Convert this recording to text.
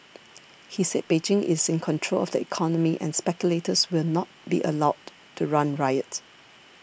he said Beijing is in control of the economy and speculators will not be allowed to run riot